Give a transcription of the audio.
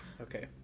Okay